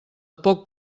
poc